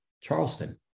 Charleston